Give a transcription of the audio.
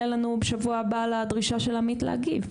לנו בשבוע הבא לדרישה של עמית להגיב.